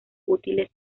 útiles